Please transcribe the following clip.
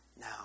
now